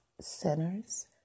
Centers